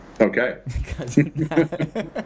Okay